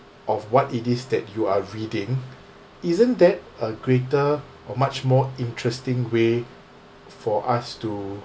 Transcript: of what it is that you are reading isn't that a greater or much more interesting way for us to